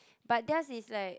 but theirs is like